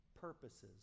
purposes